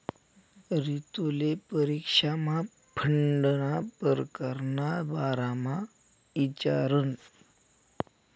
रितुले परीक्षामा फंडना परकार ना बारामा इचारं